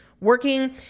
working